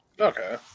Okay